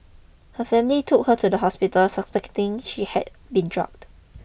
her family took her to the hospital suspecting she had been drugged